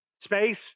Space